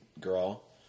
girl